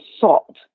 salt